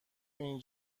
این